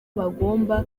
bagomba